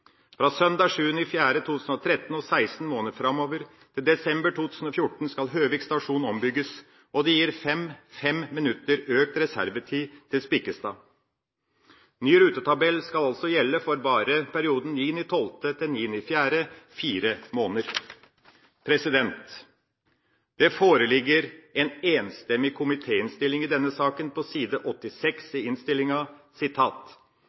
Fra søndag 7. april 2013 og 16 måneder framover til desember 2014 skal Høvik stasjon ombygges, og det gir 5 minutter økt reservetid til Spikkestad. Ny rutetabell skal altså gjelde for bare perioden 9. desember til 9. april – 4 måneder. Det foreligger en enstemmig komitéinnstilling i denne saken på side